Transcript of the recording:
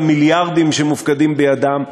למיליארדים שמופקדים בידם?